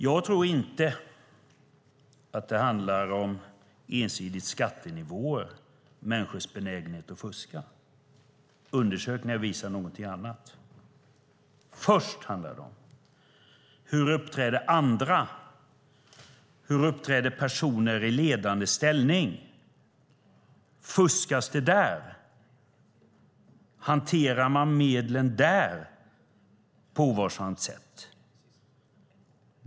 Jag tror inte att det ensidigt handlar om skattenivåer när det gäller människors benägenhet att fuska. Undersökningar visar någonting annat. Först handlar det om hur andra uppträder. Hur uppträder personer i ledande ställning? Fuskas det där? Hanterar man medlen där på ovarsamt sätt?